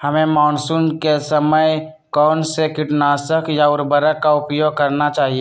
हमें मानसून के समय कौन से किटनाशक या उर्वरक का उपयोग करना चाहिए?